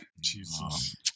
Jesus